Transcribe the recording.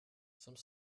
some